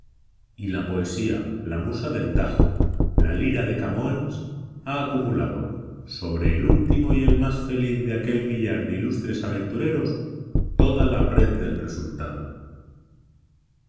y la poesía la musa del tajo la lira de camoens ha acumulado sobre el último y el más feliz de aquel millar de ilustres aventureros toda la prez del resultado